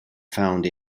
found